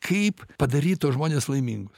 kaip padaryt tuos žmones laimingus